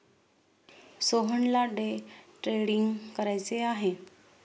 सोहनला day trading करायचे आहे